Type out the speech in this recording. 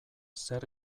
zer